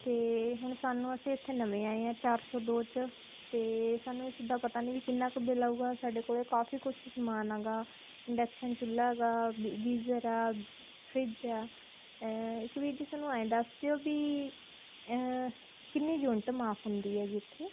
ਅਤੇ ਹੁਣ ਸਾਨੂੰ ਅਸੀਂ ਇੱਥੇ ਨਵੇਂ ਆਏ ਹਾਂ ਚਾਰ ਸੌ ਦੋ 'ਚ ਅਤੇ ਸਾਨੂੰ ਇਸਦਾ ਪਤਾ ਨਹੀਂ ਵੀ ਕਿੰਨਾ ਕੁ ਬਿੱਲ ਆਵੇਗਾ ਸਾਡੇ ਕੋਲ ਕਾਫੀ ਕੁਝ ਸਮਾਨ ਹੈਗਾ ਇੰਡਕਸ਼ਨ ਚੁੱਲ੍ਹਾ ਗਾ ਗੀਜਰ ਆ ਫਰਿਜ ਆ ਇੱਕ ਵੀਰ ਜੀ ਸਾਨੂੰ ਐਂ ਦੱਸ ਦਿਓ ਵੀ ਕਿੰਨੀ ਯੂਨਿਟ ਮਾਫ ਹੁੰਦੀ ਹੈਗੀ ਇੱਥੇ